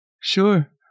Sure